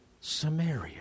samaria